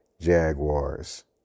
Jaguars